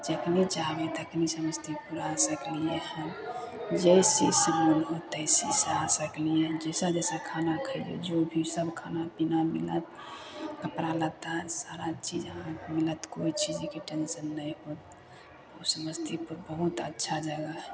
जखनी चाहबै तखनी समस्तीपुर आ सकलियै हन जाहि चीज से मोन होत ताहि चीज सऽ आ सकलियै जैसा जैसा खाना खइयौ जो चीज सब खाना पीना मिलत कपड़ा लत्ता सारा चीज अहाँकेॅं मिलत कोइ चीज के टेन्शन नै होत समस्तीपुर बहुत अच्छा जगह हय